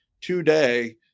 today